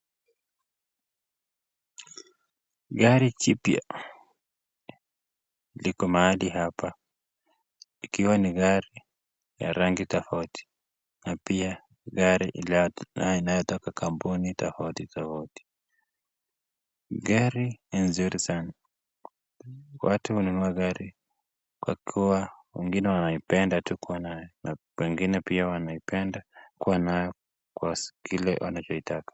Gari jipya liko mahali hapa ikiwa ni gari ya rangi tofauti na pia ni gari nayo inayotoka kwenye kampuni tofauti tofauti. Gari ni nzuri sana watu hunua gari kwa kuwa wengine wanaipenda tu kuwa nayo na pengine pia wanaipenda kuwa nayo kwa kile wanachoitaka.